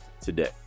today